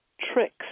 tricks